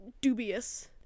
dubious